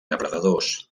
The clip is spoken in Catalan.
depredadors